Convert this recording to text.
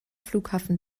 flughafen